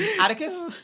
Atticus